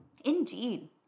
Indeed